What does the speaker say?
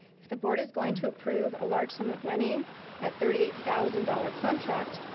if the board is going to approve a large sum of money at thirty eight thousand dollars contract,